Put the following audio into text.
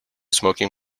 smoking